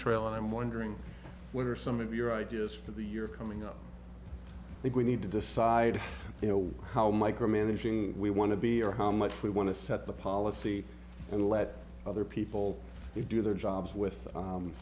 trail and i'm wondering what are some of your ideas for the year coming up we need to decide you know how micromanaging we want to be or how much we want to set the policy and let other people do their jobs with